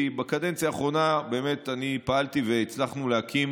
כי בקדנציה האחרונה אני באמת פעלתי והצלחנו להקים